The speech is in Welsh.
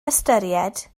ystyried